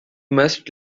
must